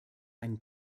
einen